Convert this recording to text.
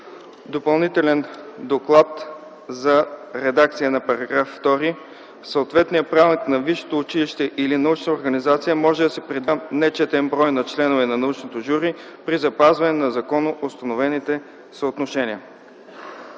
Допълнителен доклад за редакция на § 2: „§ 2. В съответния правилник на висшето училище или научна организация може да се предвиди и по-голям нечетен брой на членове на научното жури при запазване на законоустановените съотношения.”